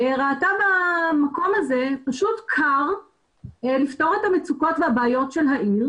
ראתה במקום הזה פשוט כר לפתור את המצוקות והבעיות של העיר,